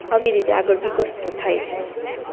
આવી રીતે આગળ વિકસતો થાય છે